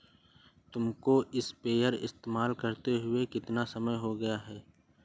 तुमको स्प्रेयर इस्तेमाल करते हुआ कितना समय हो गया है?